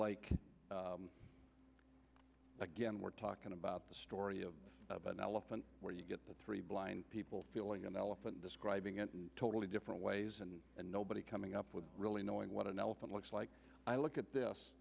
like again we're talking about the story of an elephant where you get the three blind people feeling an elephant describing it in totally different ways and nobody coming up with really knowing what an elephant looks like i look at